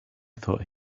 thought